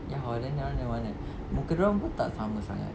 ya hor then that [one] yang mana muka dorang pun tak sama sangat